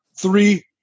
Three